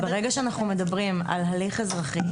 ברגע שאנחנו מדברים על הליך אזרחי,